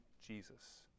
Jesus